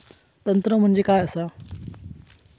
तंत्र म्हणजे काय असा?